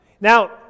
Now